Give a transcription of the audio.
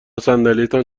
صندلیتان